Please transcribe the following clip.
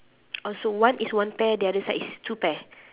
oh so one is one pair the other side is two pair